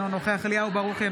אינו נוכח אליהו ברוכי,